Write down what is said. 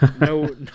no